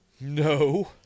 No